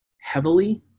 heavily